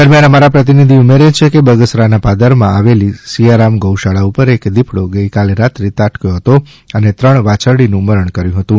દરમ્યાન અમારા પ્રતિનિધિ ઉમેરે છે કે બગસરાના પાદરમાં આવેલી સિયારામ ગૌશાળા ઉપર એક દીપડો ગઈરાત્રે ત્રાટક્યો હતો અને ત્રણ વાછરડીનું મારણ કર્યું હતું